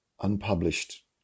unpublished